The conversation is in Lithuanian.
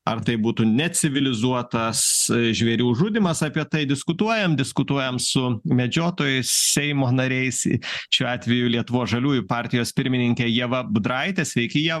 ar tai būtų necivilizuotas žvėrių žudymas apie tai diskutuojam diskutuojam su medžiotojais seimo nariais šiuo atveju lietuvos žaliųjų partijos pirmininkė ieva budraitė sveiki ieva